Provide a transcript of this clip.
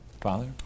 Father